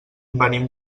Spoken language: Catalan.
venim